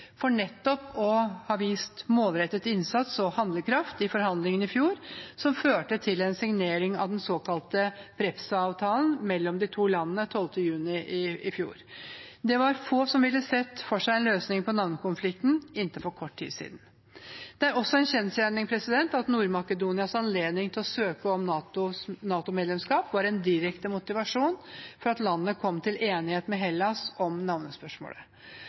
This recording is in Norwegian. for å ha utvist målrettet innsats og handlekraft i forhandlingene i fjor, som førte til en signering av den såkalte Prespa-avtalen mellom de to landene 12. juni i fjor. Det var få som hadde sett for seg en løsning på navnekonflikten inntil for kort tid siden. Det er også en kjensgjerning at Nord-Makedonias anledning til å søke om NATO-medlemskap var en direkte motivasjon for at landet kom til enighet med Hellas i navnespørsmålet.